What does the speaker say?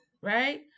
right